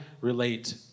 relate